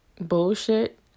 bullshit